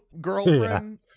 girlfriend